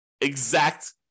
exact